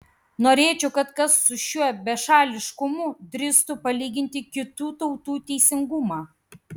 norėčiau kad kas su šiuo bešališkumu drįstų palyginti kitų tautų teisingumą